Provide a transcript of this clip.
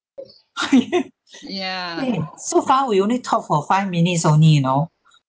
so far we only talk for five minutes only you know